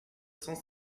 cent